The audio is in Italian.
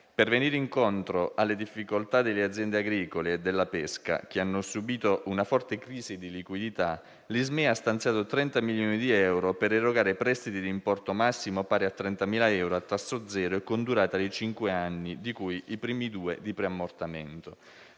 per venire incontro alle difficoltà delle aziende agricole e della pesca che hanno subìto una forte crisi di liquidità, l'Ismea ha stanziato 30 milioni di euro per erogare prestiti di importo massimo pari a 30.000 euro a tasso zero e con durata di cinque anni, di cui i primi due di preammortamento.